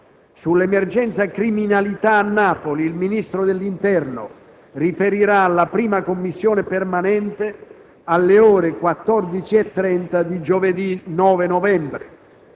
Sull'emergenza criminalità a Napoli, il Ministro dell'interno riferirà alla 1a Commissione permanente alle ore 14,30 di giovedì 9 novembre.